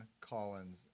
Collins